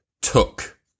took